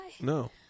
No